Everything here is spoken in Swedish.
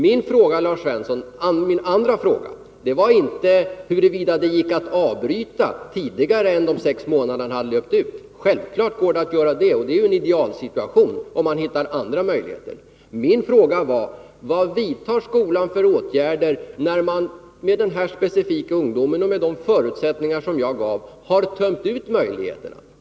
Min andra fråga, Lars Svensson, gällde inte huruvida det gick att avbryta anställningen på en ungdomsplats innan de sex månaderna löpt ut. Självfallet går det att göra detta, och det är ju en idealsituation om man hittar andra möjligheter. Min fråga var: Vad vidtar skolan för åtgärder när man — beträffande den här specifika ungdomen och med de förutsättningar jag angav — har tömt ut möjligheterna?